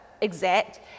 exact